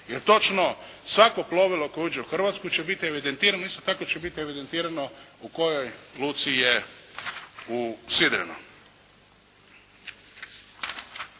jer točno svako plovilo koje uđe u Hrvatsku će biti evidentirano i isto tako će biti evidentirano u kojoj luci je usidreno.